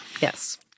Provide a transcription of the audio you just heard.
Yes